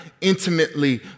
intimately